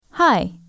Hi